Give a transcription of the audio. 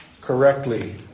correctly